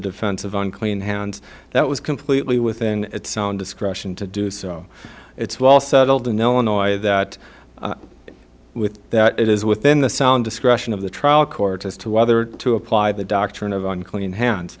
defense of unclean hands that was completely within its sound discretion to do so it's well settled in illinois that with that it is within the sound discretion of the trial court as to whether to apply the doctrine of unclean hands